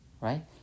Right